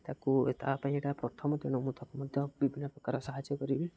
ତାକୁ ଓ ତା ପାଇଁ ଏଇଟା ପ୍ରଥମ ଦିନ ମୁଁ ତାକୁ ମଧ୍ୟ ବିଭିନ୍ନପ୍ରକାର ସାହାଯ୍ୟ କରିବି